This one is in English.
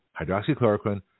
Hydroxychloroquine